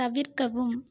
தவிர்க்கவும்